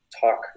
talk